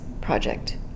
project